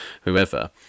whoever